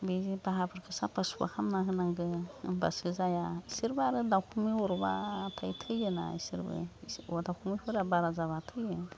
बे जे बाहाफोरखो साफा सुफा खामना होनांगो होमबासो जाया इसोरबा आरो दावखुमै अरबा थाय थैयो ना इसोरबो दावखुमैफोरा बारा जाबा थैयो